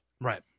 Right